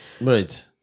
Right